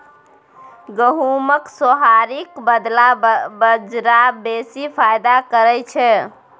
गहुमक सोहारीक बदला बजरा बेसी फायदा करय छै